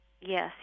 yes